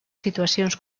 situacions